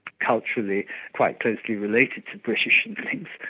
culturally quite closely related to british and things,